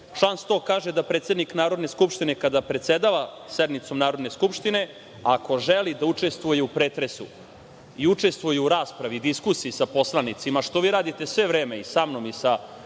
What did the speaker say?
100. kaže da predsednik Narodne skupštine, kada predsedava sednicom Narodne skupštine, ako želi da učestvuje u pretresu i učestvuje u raspravi i diskusiji sa poslanicima, što vi radite sve vreme sa mnom i sa